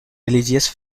religious